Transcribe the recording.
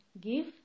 give